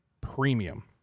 premium